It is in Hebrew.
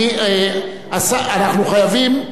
אנחנו חייבים,